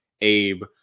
Abe